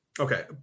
Okay